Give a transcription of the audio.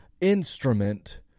instrument